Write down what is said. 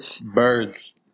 Birds